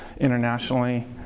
internationally